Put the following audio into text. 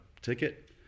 ticket